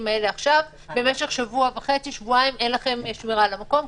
האלה עכשיו: במשך שבוע וחצי-שבועיים אין לכם שמירה על המקום.